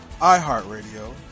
iHeartRadio